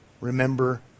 Remember